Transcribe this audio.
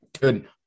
Good